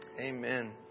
Amen